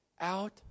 out